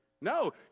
No